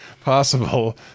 possible